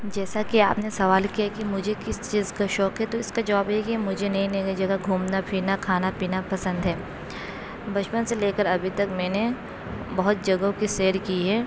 جیسا کہ آپ نے سوال کیا کہ مجھے کس چیز کا شوق ہے تو اِس کا جواب یہ ہے کہ مجھے نئی نئی جگہ گھومنا پھرنا کھانا پینا پسند ہے بچپن سے لے کر ابھی تک میں نے بہت جگہوں کی سیر کی ہے